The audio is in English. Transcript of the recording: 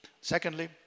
Secondly